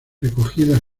recogida